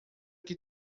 que